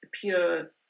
pure